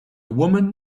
woman